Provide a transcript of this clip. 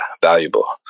valuable